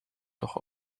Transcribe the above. toch